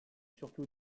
surtout